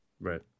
right